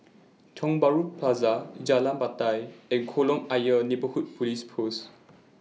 Tiong Bahru Plaza Jalan Batai and Kolam Ayer Neighbourhood Police Post